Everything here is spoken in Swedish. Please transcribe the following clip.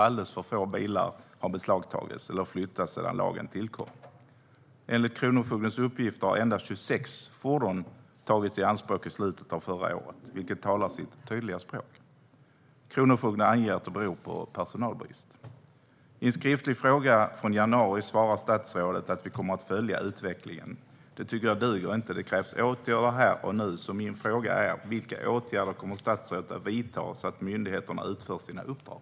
Alldeles för få bilar har beslagtagits eller flyttats sedan lagen tillkom. Enligt kronofogdens uppgifter hade endast 26 fordon tagits i anspråk i slutet av förra året, vilket talar sitt tydliga språk. Kronofogden anger att det beror på personalbrist. I svaret på en skriftlig fråga skrev statsrådet i januari att regeringen kommer att följa utvecklingen. Det tycker jag inte duger. Det krävs åtgärder här och nu. Min fråga är: Vilka åtgärder kommer statsrådet att vidta så att myndigheterna utför sina uppdrag?